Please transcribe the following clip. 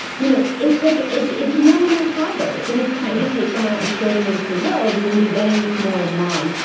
you know it's like it's it's more when they're toddlers yeah when it's time to take them out and show them into the world, and in the beginning, it's more of mom.